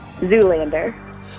Zoolander